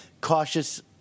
cautious